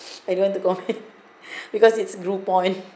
I don't want to comment because it's groupon